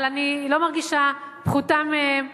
אבל אני לא מרגישה פחותה מהם,